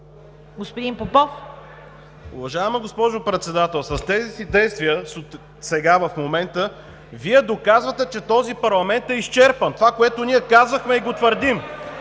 България): Уважаема госпожо Председател, с тези си действия сега, в момента, Вие доказвате, че този парламент е изчерпан – това, което ние казахме, и го твърдим.